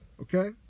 Okay